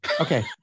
okay